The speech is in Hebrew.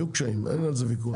אין על זה ויכוח.